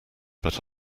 but